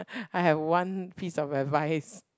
I have one piece of advice